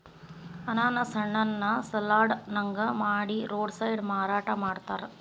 ಅನಾನಸ್ ಹಣ್ಣನ್ನ ಸಲಾಡ್ ನಂಗ ಮಾಡಿ ರೋಡ್ ಸೈಡ್ ಮಾರಾಟ ಮಾಡ್ತಾರ